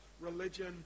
religion